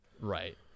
Right